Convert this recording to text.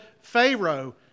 Pharaoh